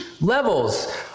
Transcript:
levels